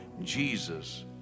Jesus